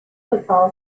football